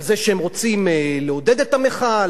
על זה שהם רוצים לעודד את המחאה?